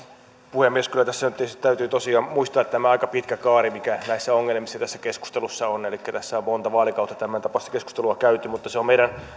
puhemies kyllä tässä nyt tietysti täytyy tosiaan muistaa tämä aika pitkä kaari mikä näissä ongelmissa tässä keskustelussa on elikkä tässä on monta vaalikautta tämäntapaista keskustelua käyty mutta se on meidän